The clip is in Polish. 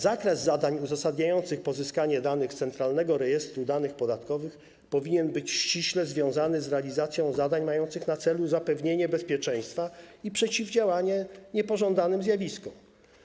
Zakres zadań uzasadniających pozyskanie danych z Centralnego Rejestru Danych Podatkowych powinien być ściśle związany z realizacją zadań mających na celu zapewnienie bezpieczeństwa i przeciwdziałanie niepożądanym zjawiskom.